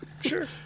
sure